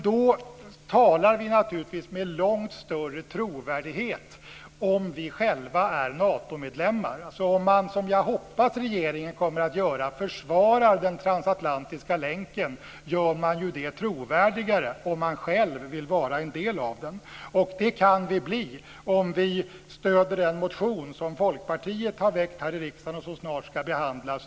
Då talar vi naturligtvis med långt större trovärdighet om vi själva är Natomedlemmar. Om man - som jag hoppas att regeringen kommer att göra - försvarar den transatlantiska länken gör man det trovärdigare om man själv vill vara en del av den. Det kan vi bli om vi stöder den motion som Folkpartiet har väckt här i riksdagen och som snart ska behandlas.